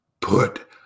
put